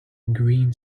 green